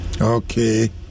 okay